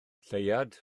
lleuad